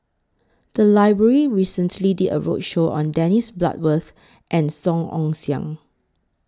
The Library recently did A roadshow on Dennis Bloodworth and Song Ong Siang